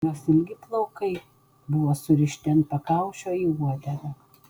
jos ilgi plaukai buvo surišti ant pakaušio į uodegą